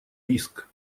риск